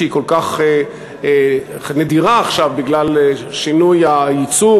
שהיא כל כך נדירה עכשיו בגלל שינוי הייצור